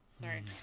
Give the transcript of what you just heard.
Sorry